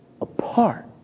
apart